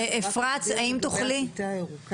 אפרת האם תוכלי לומר לנו,